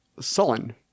Sullen